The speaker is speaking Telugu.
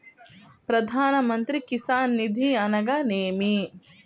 ప్రధాన మంత్రి కిసాన్ నిధి అనగా నేమి?